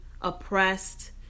oppressed